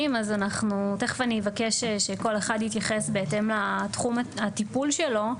אז תכף אבקש שכל אחד יתייחס לתחום הטיפול שלו.